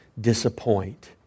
disappoint